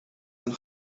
een